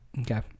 Okay